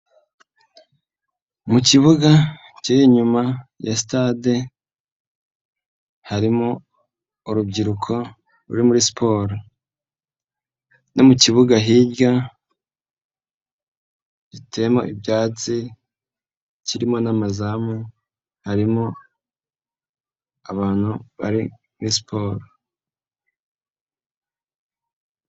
Mu kibuga kiri inyuma ya sitade harimo urubyiruko ruri muri siporo no mu kibuga hirya gitema ibyatsi kirimo n'amazamu harimo abantu bari muri siporo.